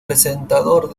presentador